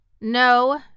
No